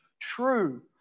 True